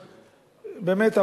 באמת,